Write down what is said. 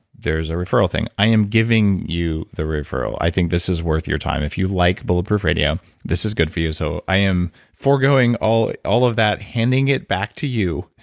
there's a referral thing i am giving you the referral. i think this is worth your time. if you like bulletproof radio this is good for you. so i am forgoing all all of that, handing it back to you